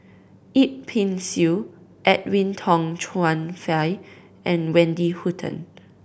Yip Pin Xiu Edwin Tong Chun Fai and Wendy Hutton